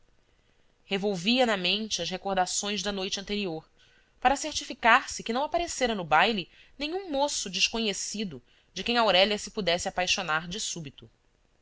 revolvia na mente as recordações da noite anterior para certificar-se que não aparecera no baile nenhum moço desconhecido de quem aurélia se pudesse apaixonar de súbito